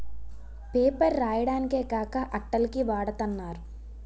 paper రాయడానికే కాక అట్టల కి వాడతన్నారు